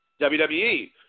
WWE